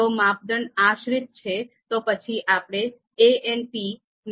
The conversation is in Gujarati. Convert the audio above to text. જો માપદંડ આશ્રિત છે તો પછી આપણે ANP ને પસંદ કરી શકીએ છીએ